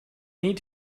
need